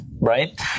Right